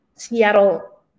Seattle